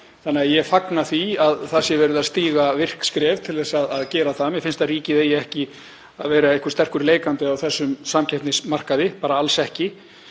líka. Ég fagna því að það sé verið að stíga virk skref til þess að gera það. Mér finnst ekki að ríkið eigi að vera sterkur leikandi á þessum samkeppnismarkaði, bara alls ekki.